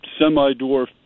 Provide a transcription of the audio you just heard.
semi-dwarf